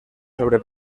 sobre